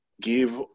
give